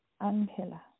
angela